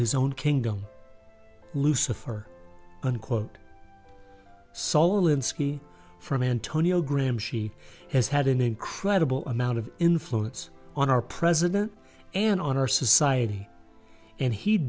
his own kingdom lucifer unquote saul alinsky from antonio graham she has had an incredible amount of influence on our president and on our society and he